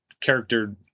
character